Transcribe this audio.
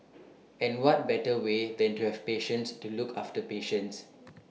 and what better way than to have patients to look after patients